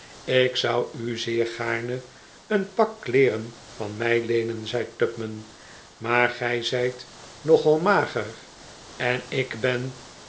ik zou u zeer gaarne een pak kleeren van mij leenen zei tupman maar gij zijt nogal mager en ik ben